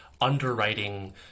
underwriting